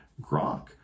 Gronk